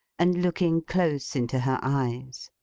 and looking close into her eyes.